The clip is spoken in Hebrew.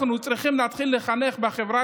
אני בוודאי תומך בהצעה של חברתי